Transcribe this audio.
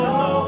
no